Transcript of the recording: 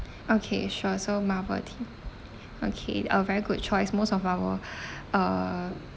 okay sure so marvel theme okay uh very good choice most of our uh